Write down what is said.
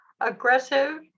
aggressive